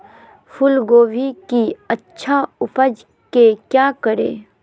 फूलगोभी की अच्छी उपज के क्या करे?